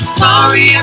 sorry